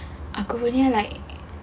aku punya like